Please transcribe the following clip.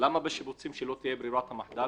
למה שבשיפוצים לא תהיה ברירת מחדל,